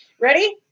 Ready